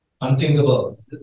unthinkable